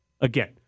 Again